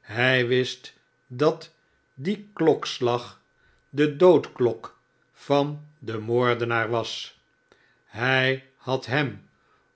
hij wist dat die klokslag de doodklok van den moordenaar was hij had hem